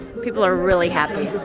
people are really happy